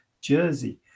jersey